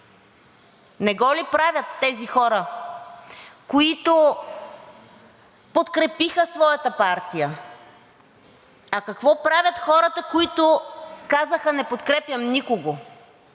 Не го ли правят тези хора, които подкрепиха своята партия? А какво правят хората, които казаха „не подкрепям никого“?